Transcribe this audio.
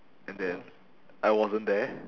and then I wasn't there